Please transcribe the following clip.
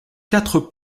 quatre